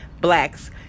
blacks